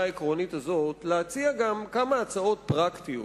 העקרונית הזאת להציע גם כמה הצעות פרקטיות,